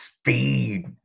speed